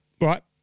Right